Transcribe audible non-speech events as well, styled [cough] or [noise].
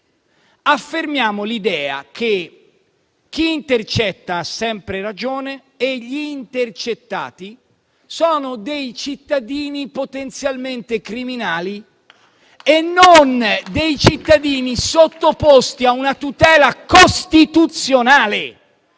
affermiamo l'idea che chi intercetta ha sempre ragione mentre gli intercettati sono dei cittadini potenzialmente criminali [applause] e non dei cittadini sottoposti a una tutela costituzionale.